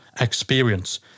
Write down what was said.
experience